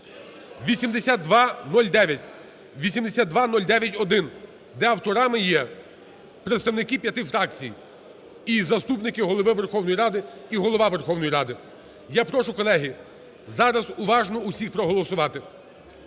8209-1, де авторами є представники п'яти фракцій, і заступники Голови Верховної Ради, і Голова Верховної Ради. Я прошу, колеги, зараз уважно усіх проголосувати.